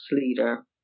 leader